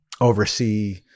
oversee